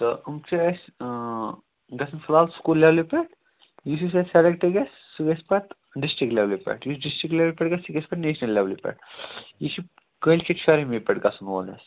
تہٕ اوٚم چھِ اَسہِ گَژھِ فِلحال سکوٗل لیٚولہِ پٮ۪ٹھ یُس یُس اَسہِ سِلیٚکٹ گژھِ سُہ گژھِ پَتہٕ ڈِسٹرک لیٚولہِ پٮ۪ٹھ یُس ڈِسٹرک لیٚولہِ پٮ۪ٹھ گژھِ سُہ گژھِ نٮ۪شنَل لیٚولہِ پٮ۪ٹھ یہِ چھ کٲلِکیت شراہمہِ پٮ۪ٹھ گژھَن وول